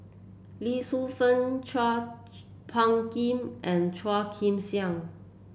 Lee Shu Fen Chua Phung Kim and Chua Joon Siang